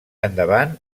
endavant